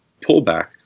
pullback